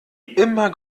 immer